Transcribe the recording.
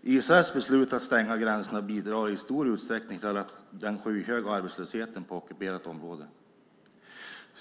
Israels beslut att stänga gränserna bidrar i stor utsträckning till den skyhöga arbetslösheten på ockuperat område.